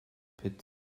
pit